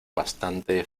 bastante